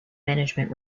management